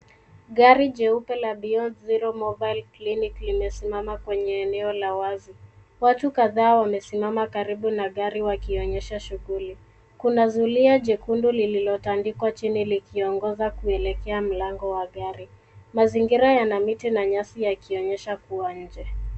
Gari jeupe la beyond zero mobile clinic limesimama kwenye eneo la wazi. Watu kadhaa wamesimama karibu na gari wakionyesha shughuli. Kunazulia jekundu lililotandikwa chini likiongoza kuelekea mlango wa gari. Mazingira yana miti na nyasi yakionyesha kuwa nje.